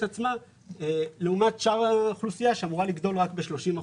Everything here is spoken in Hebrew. עצמה לעומת שאר האוכלוסייה שאמורה לגדול רק ב-30 אחוזים.